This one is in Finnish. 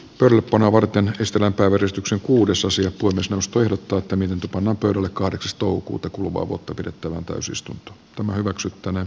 pelipanoa varten ystävänpäiväristuksen kuudes osia putos vastoin kotouttaminen tupamäki oli kahdeksas toukokuuta kuluvaa vuotta kertoo onko system tumma hyväksyttynä